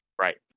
right